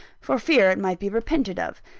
for fear it might be repented of.